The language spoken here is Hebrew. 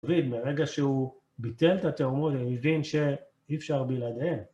מרגע שהוא ביטל את התאומות, הוא הבין שאפשר בלעדיהם.